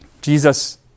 Jesus